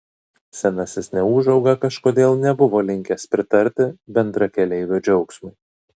senasis neūžauga kažkodėl nebuvo linkęs pritarti bendrakeleivio džiaugsmui